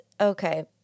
Okay